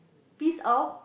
piece of